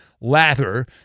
lather